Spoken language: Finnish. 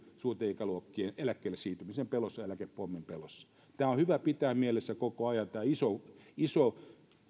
ikäluokkien eläkkeelle siirtymisen pelossa eläkepommin pelossa on hyvä pitää mielessä koko ajan tämä iso